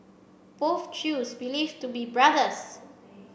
both chews believed to be brothers